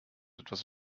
etwas